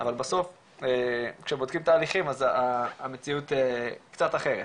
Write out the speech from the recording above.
אבל בסוף כשבודקים המציאות קצת אחרת.